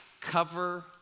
cover